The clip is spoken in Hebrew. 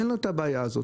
אין לו את הבעיה הזאת.